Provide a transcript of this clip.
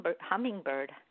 hummingbird